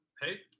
Hey